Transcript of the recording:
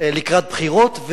לקראת בחירות,